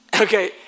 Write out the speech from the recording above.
Okay